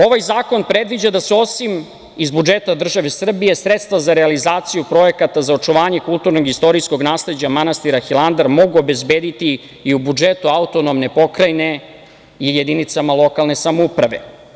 Ovaj zakon predviđa da se osim iz budžeta države Srbije sredstva za realizaciju projekata za očuvanje kulturnog, istorijskog nasleđa manastira Hilandar mogu obezbediti i u budžetu AP i jedinicama lokalne samouprave.